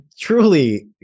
truly